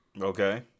Okay